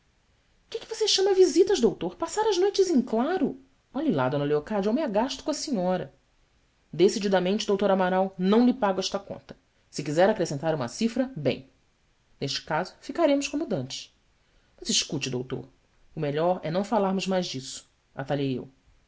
que é que você chama visitas doutor passar as noites em claro lhe lá d leocádia eu me agasto com a senhora ecididamente r maral não lhe pago esta conta se quiser acrescentar uma cifra bem este caso ficaremos como dantes as escute doutor melhor é não falarmos mais disso atalhei eu